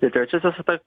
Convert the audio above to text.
ir trečiasis eta